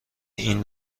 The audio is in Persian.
این